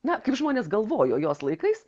na kaip žmonės galvojo jos laikais